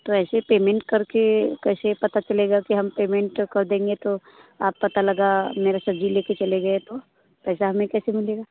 तो ऐसे पेमेंट करके कैसे पता चलेगा कि हम पेमेंट कर देंगे तो आप पता लगा मेरा सब्ज़ी लेकर चले गए तो पैसा हमें कैसे मिलेगा